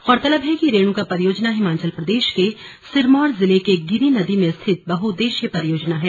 गौरतलब है कि रेणुका परियोजना हिमाचल प्रदेश के सिरमौर जिले के गिरी नदी में स्थित बहुउद्देश्यीय परियोजना है